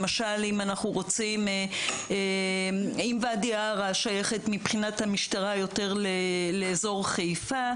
למשל אם ואדי ערה שייכת מבחינת המשטרה יותר לאזור חיפה,